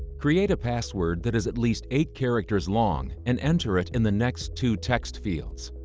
create a password that is at least eight characters long and enter it in the next two text fields.